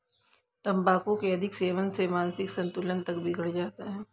तंबाकू के अधिक सेवन से मानसिक संतुलन तक बिगड़ जाता है